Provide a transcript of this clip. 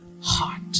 heart